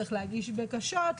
צריך להגיש בקשות,